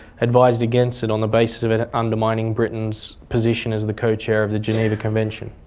advised against it on the basis of it undermining britain's position as the co-chair of the geneva convention.